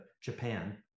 Japan